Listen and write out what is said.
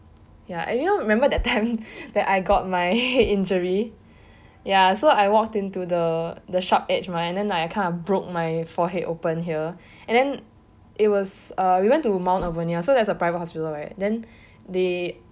ya are you remember that time that I got my head injury ya so I walked into the the sharp edge mah then I kind of I broke my forehead open here and then it was uh we went to Mount Alvernia so that is a private hospital right then they